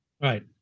Right